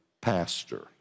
pastor